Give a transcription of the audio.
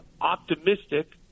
optimistic